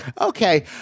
Okay